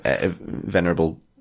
venerable